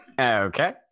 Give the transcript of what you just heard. Okay